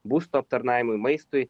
būsto aptarnavimui maistui